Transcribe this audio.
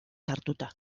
sartuta